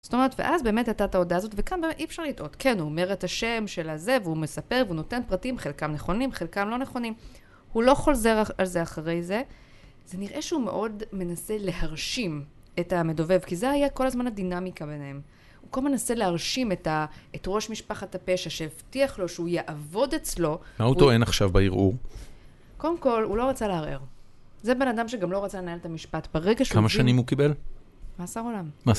זאת אומרת, ואז באמת התת ההודעה הזאת, וכאן באמת אי אפשר לדעות, כן, הוא אומר את השם של הזה, והוא מספר, והוא נותן פרטים, חלקם נכונים, חלקם לא נכונים. הוא לא חולזר על זה אחרי זה. זה נראה שהוא מאוד מנסה להרשים את המדובב, כי זה היה כל הזמן הדינמיקה ביניהם. הוא כל הזמן מנסה להרשים את ראש משפחת הפשע, שהבטיח לו שהוא יעבוד אצלו. מה הוא טוען עכשיו בערעור? קודם כל, הוא לא רצה לערער. זה בן אדם שגם לא רצה לנהל את המשפט ברגע שהוא... כמה שנים הוא קיבל? עשר עולם.